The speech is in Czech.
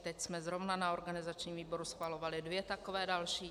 Teď jsme zrovna na organizačním výboru schvalovali dvě takové další.